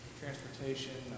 transportation